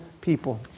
people